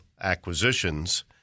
acquisitions